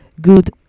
Good